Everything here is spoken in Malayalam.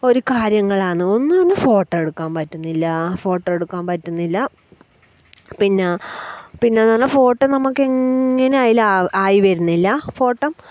ഒരു കാര്യങ്ങളാണ് ഒന്നും ഒന്ന് ഫോട്ടോ എടുക്കാൻ പറ്റുന്നില്ല ഫോട്ടോ എടുക്കാൻ പറ്റുന്നില്ല പിന്നെ പിന്നെ നല്ല ഫോട്ടോ നമുക്ക് എങ്ങനെയായാലും ആവ് ആയി വരുന്നില്ല ഫോട്ടോ